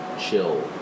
chill